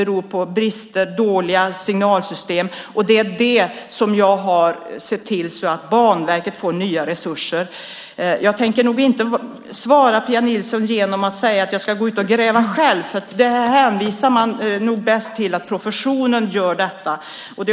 Det kan bero på dåliga signalsystem. Därför har jag sett till att Banverket får nya resurser. Jag tänker inte svara Pia Nilsson med att jag ska gå ut och gräva själv. Där hänvisar man nog bäst till att professionen gör detta.